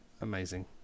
amazing